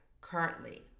currently